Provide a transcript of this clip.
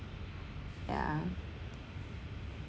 yeah